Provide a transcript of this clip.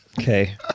Okay